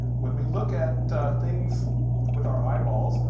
when we look at things with our eyeballs,